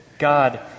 God